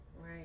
Right